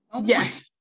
Yes